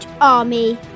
army